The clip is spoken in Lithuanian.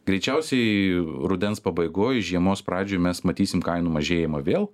greičiausiai rudens pabaigoj žiemos pradžioj mes matysim kainų mažėjimą vėl